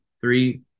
three